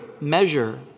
measure